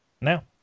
now